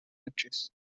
actress